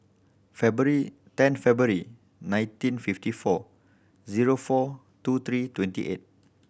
February ten February nineteen fifty four zero four two three twenty eight